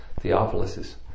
Theophilus's